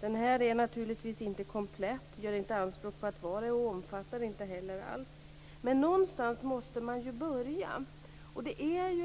Den är naturligtvis inte komplett, gör inte anspråk på att vara det och omfattar heller inte allt. Men någonstans måste man ju börja.